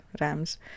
rams